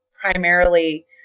primarily